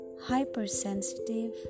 hypersensitive